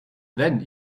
then